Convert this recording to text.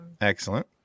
Excellent